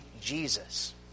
Jesus